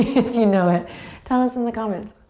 if you know it tell us in the comments.